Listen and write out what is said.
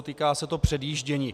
Týká se to předjíždění.